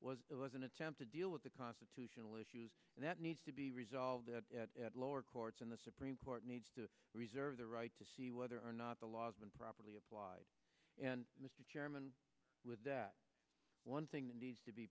there was an attempt to deal with the constitutional issues that need to be resolved the lower courts and the supreme court needs to reserve the right to see whether or not the law's been properly applied and mr chairman with that one thing that needs to be